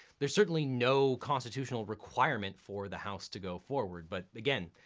there's certainly no constitutional requirement for the house to go forward, but again,